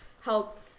help